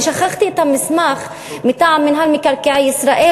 אני שכחתי את המסמך מטעם מינהל מקרקעי ישראל,